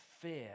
fear